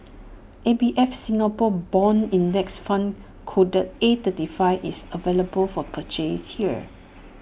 A B F Singapore Bond index fund code A thirty five is available for purchase here